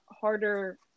harder